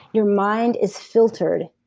your mind is filtered.